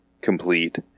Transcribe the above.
complete